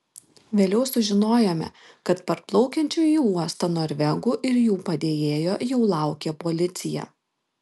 vėliau sužinojome kad parplaukiančių į uostą norvegų ir jų padėjėjo jau laukė policija